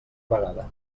vegada